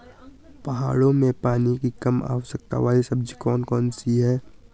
पहाड़ों में पानी की कम आवश्यकता वाली सब्जी कौन कौन सी हैं?